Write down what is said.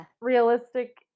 realistic